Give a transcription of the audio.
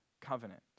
covenant